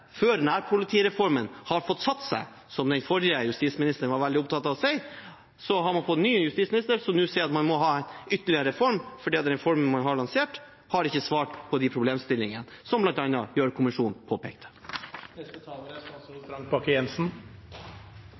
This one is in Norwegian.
før nærpolitireformen har fått satt seg – som den forrige justisministeren var veldig opptatt av å si – sier den nye justisministeren som vi har fått, at man må ha ytterligere en reform, fordi den reformen man har lansert, ikke har svart på de problemstillingene som bl.a. Gjørv-kommisjonen påpekte.